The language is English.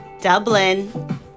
Dublin